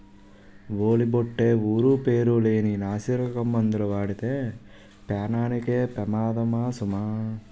ఓలి బొట్టే ఊరు పేరు లేని నాసిరకం మందులు వాడితే పేనానికే పెమాదము సుమా